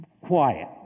quiet